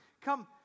Come